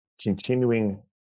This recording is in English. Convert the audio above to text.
continuing